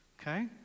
okay